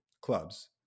clubs